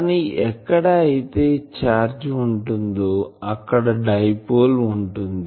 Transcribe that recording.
కానీ ఎక్కడ అయితే ఛార్జ్ ఉంటుందో అక్కడ డైపోల్ ఉంటుంది